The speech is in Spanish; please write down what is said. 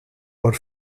por